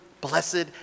blessed